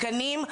בתקנים,